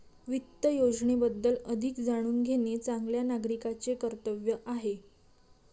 वित्त योजनेबद्दल अधिक जाणून घेणे चांगल्या नागरिकाचे कर्तव्य आहे